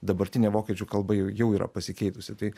dabartinė vokiečių kalba jau jau yra pasikeitusi tai